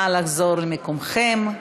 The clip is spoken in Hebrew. נא לחזור למקומכם.